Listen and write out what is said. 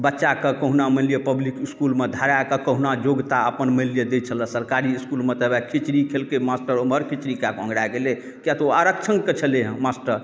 बच्चाके कहुना मानि लिअ पब्लिक इसकुलमे धराके कहुना योग्यता अपन मानि लिअ दै छलै सरकारी इसकुलमे तऽ ओएह खिचड़ी खेलकै मास्टर ओम्हर खिचड़ी खाएके ओँघरा गेलै किआ तऽ ओ आरक्षणके छलै हँ मास्टर